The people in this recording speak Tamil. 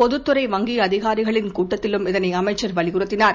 பொது துறை வங்கி அதிகாரிகளின் கூட்டத்திலும் இதனை அமைச்சர் வலியுறுத்தினார்